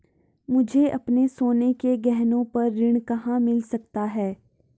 मुझे अपने सोने के गहनों पर ऋण कहाँ मिल सकता है?